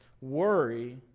worry